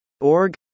Org